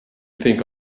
think